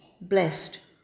blessed